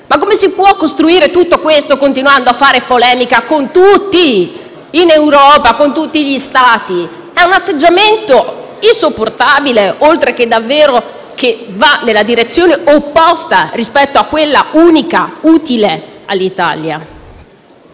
Ma come si può costruire tutto questo continuando a fare polemica con tutti in Europa, con tutti gli Stati? È un atteggiamento insopportabile, a parte il fatto che va davvero nella direzione opposta rispetto a quella unica utile all'Italia.